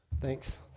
Thanks